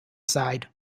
side